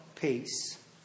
peace